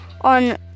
on